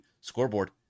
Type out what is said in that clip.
scoreboard